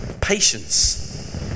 Patience